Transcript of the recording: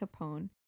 Capone